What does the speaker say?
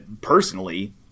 personally